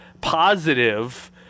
positive